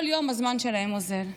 כל יום הזמן שלהם אוזל,